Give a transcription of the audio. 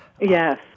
Yes